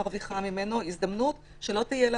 מרוויחה ממנו הזדמנות שלא תהיה לה